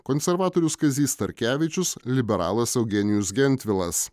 konservatorius kazys starkevičius liberalas eugenijus gentvilas